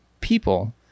people